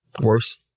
Worse